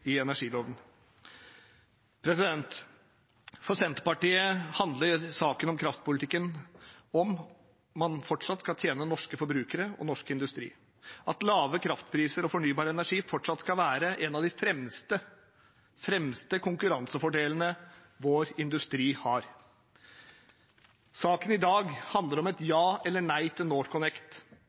i energiloven. For Senterpartiet handler saken om at kraftpolitikken fortsatt skal tjene norske forbrukere og norsk industri, at lave kraftpriser og fornybar energi fortsatt skal være en av de fremste konkurransefordelene vår industri har. Saken i dag handler om et ja eller nei til NorthConnect.